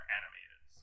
animated